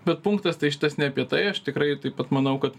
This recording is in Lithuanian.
bet punktas tai šitas ne apie tai aš tikrai taip pat manau kad